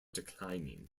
declining